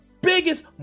biggest